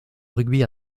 rugby